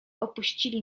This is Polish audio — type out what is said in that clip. opuścili